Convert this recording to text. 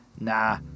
nah